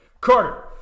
Carter